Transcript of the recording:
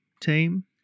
team